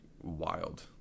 wild